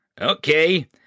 Okay